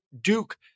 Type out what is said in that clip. Duke